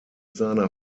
seiner